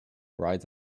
rides